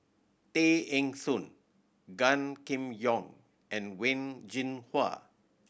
Tay Eng Soon Gan Kim Yong and Wen Jinhua